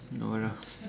no lah